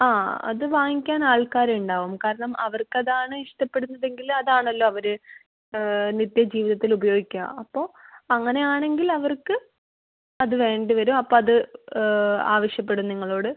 ആ അത് വാങ്ങിക്കാൻ ആൾക്കാരുണ്ടാവും കാരണം അവർക്കതാണ് ഇഷ്ടപ്പെടുന്നതെങ്കിൽ അതാണല്ലോ അവർ നിത്യ ജീവിതത്തിൽ ഉപയോഗിക്കുക അപ്പോൾ അങ്ങനെയാണെങ്കിൽ അവർക്ക് അത് വേണ്ടി വരും അപ്പോൾ അത് ആവശ്യപ്പെടും നിങ്ങളോട്